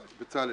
מציע